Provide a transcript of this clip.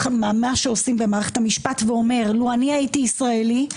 שעושים במערכת המשפט ואומר: לו הייתי ישראלי,